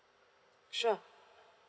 sure